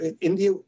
India